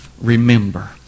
Remember